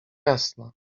jasna